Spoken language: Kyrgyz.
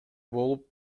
болуп